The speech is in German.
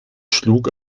schlug